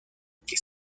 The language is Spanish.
que